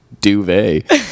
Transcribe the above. duvet